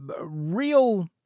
real